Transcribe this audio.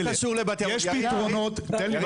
יש הרבה